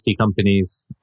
companies